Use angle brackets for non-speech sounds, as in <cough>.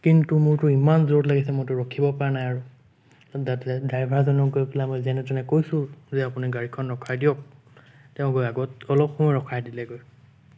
কিন্তু মোৰতো ইমান জোৰত লাগিছে মইতো ৰখিব পৰা নাই আৰু <unintelligible> ড্ৰাইভাৰজনক গৈ পেলাই মই যেনে তেনে কৈছোঁ যে আপুনি গাড়ীখন ৰখাই দিয়ক তেওঁ গৈ আগত অলপ সময় ৰখাই দিলেগৈ